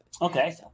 Okay